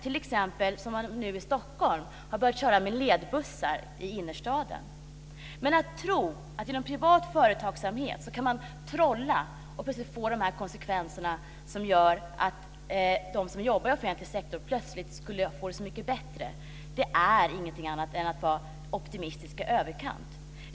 I Stockholm har man t.ex. börjat att köra med ledbussar i innerstaden. Att tro att man genom privat företagsamhet kan trolla och att de som jobbar i offentlig verksamhet plötsligt skulle få det mycket bättre är ingenting annat än att vara optimistisk i överkant.